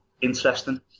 interesting